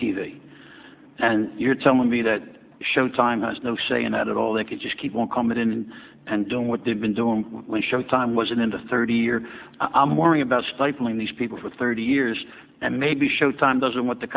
v and you're telling me that showtime has no say in that at all they could just keep on coming in and doing what they've been doing when showtime was in the thirty year i'm worrying about stifling these people for thirty years and maybe showtime doesn't want the